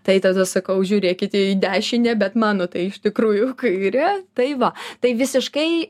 tai tada sakau žiūrėkite į dešinę bet mano tai iš tikrųjų kairė tai va tai visiškai